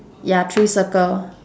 ya three circle